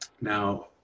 Now